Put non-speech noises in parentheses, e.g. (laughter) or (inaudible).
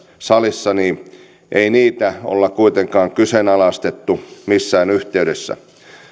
salissa (unintelligible) (unintelligible) (unintelligible) (unintelligible) (unintelligible) (unintelligible) ei niitä olla kuitenkaan kyseenalaistettu missään yhteydessä